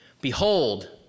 Behold